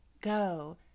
go